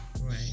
Right